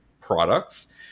products